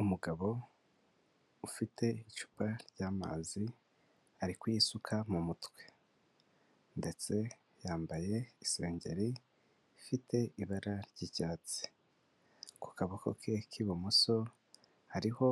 Umugabo ufite icupa ry'amazi ari kuyisuka mu mutwe ndetse yambaye isengeri ifite ibara ry'icyatsi, ku kaboko ke k'ibumoso hariho